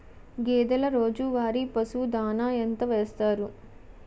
గేదెల రోజువారి పశువు దాణాఎంత వేస్తారు?